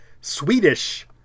Swedish